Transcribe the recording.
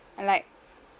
and like